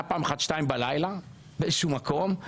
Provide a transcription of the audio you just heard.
פעם אחת בשתיים בלילה באיזה שהוא מקום,